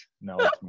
No